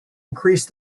increased